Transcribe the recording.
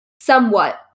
somewhat